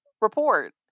report